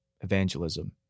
evangelism